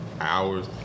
hours